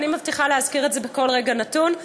אני מבטיחה להזכיר את זה בכל רגע נתון.